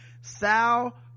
Sal